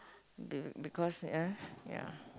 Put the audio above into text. be~ because ya ya